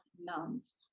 nouns